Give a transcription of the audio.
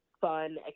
fun